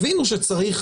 הבינו שצריך